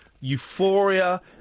Euphoria